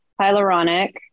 hyaluronic